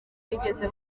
bigeze